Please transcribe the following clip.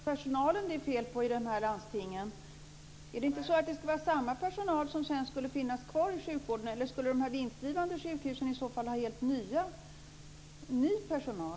Fru talman! Då är det alltså personalen i dessa landsting det är fel på. Är det inte så att samma personal skulle finnas kvar i sjukvården, eller skulle de vinstdrivande sjukhusen i så fall ha helt ny personal?